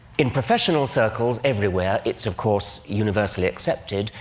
in professional circles everywhere, it's of course universally accepted.